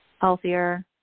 healthier